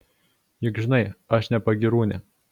juk žinai aš ne pagyrūnė